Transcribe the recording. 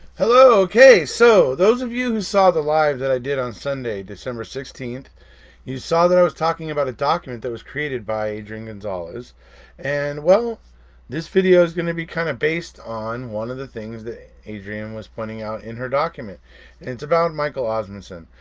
hello ok. so those of you who saw the live that i did on sunday, december sixteenth you saw that i was talking about a document that was created by adrienne gonzalez and well this video is gonna be kind of based on one of the things that adrienne was pointing out in her document and it's about michael osmunson.